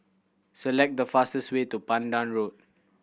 select the fastest way to Pandan Road